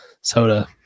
soda